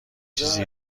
چیزی